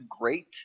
great